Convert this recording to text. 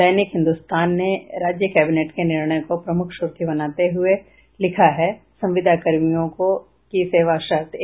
दैनिक हिन्दुस्तान ने राज्य कैबिनेट के निर्णय को प्रमुख सुर्खी बनाते हुए लिखा है संविदा कर्मियों की सेवा शर्त एक